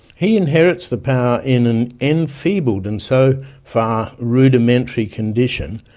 he inherits the power in an enfeebled and so far rudimentary condition,